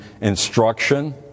instruction